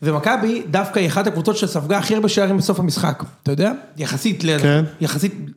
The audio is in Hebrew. ומכבי דווקא היא אחת הקבוצות שספגה הכי הרבה שערים בסוף המשחק, אתה יודע, יחסית ל... כן… יחסית